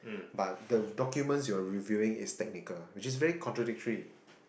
but the documents you are revealing is technical which is very contradictory